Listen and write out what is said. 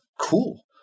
Cool